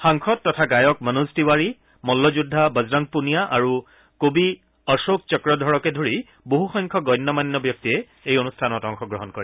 সাংসদ তথা গায়ক মনোজ তিৱাৰী মল্লযোদ্ধা বজৰংগ পুনিয়া আৰু কবি অশোক চক্ৰধৰকে ধৰি বহুসংখ্যক গণ্যমাণ্য ব্যক্তিয়ে এই অনুষ্ঠানত অংশগ্ৰহণ কৰে